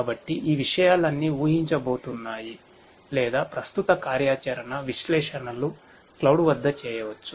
కాబట్టి ఈ విషయాలన్నీ ఊహించబోతున్నాయి లేదా ప్రస్తుత కార్యాచరణ విశ్లేషణలు క్లౌడ్ వద్ద చేయవచ్చు